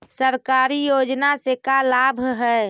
सरकारी योजना से का लाभ है?